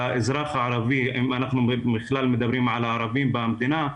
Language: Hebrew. אם אנחנו בכלל מדברים על הערבים במדינה,